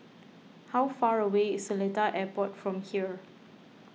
how far away is Seletar Airport from here